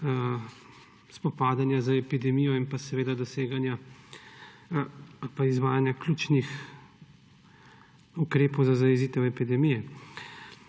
spopadanja z epidemijo in seveda doseganja in izvajanja ključnih ukrepov za zajezitev epidemije.